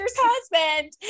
husband